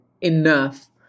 enough